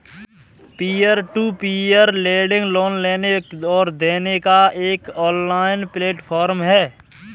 peer to peer lending loan लेने और देने का एक ऑनलाइन प्लेटफ़ॉर्म है